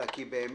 אלא כי באמת